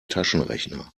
taschenrechner